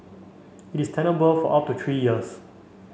it is tenable for up to three years